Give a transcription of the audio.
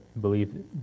believe